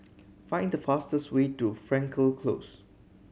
find the fastest way to Frankel Close